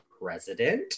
President